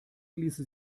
ließe